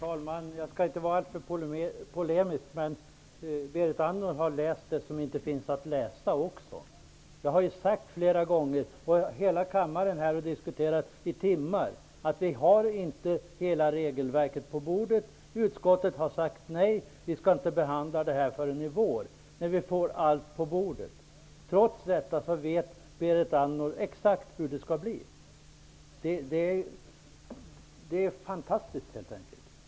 Herr talman! Jag tänker inte bli för polemisk. Men jag måste säga att Berit Andnor också har läst det som inte finns att läsa. Kammaren har diskuterat detta i timmar, och jag har flera gånger sagt att hela regelverket ännu inte finns på riksdagens bord och att utskottet inte skall behandla ärendet förrän i vår när allt finns på bordet. Trots detta vet Berit Andnor exakt hur det kommer att bli. Det är helt enkelt fantastiskt!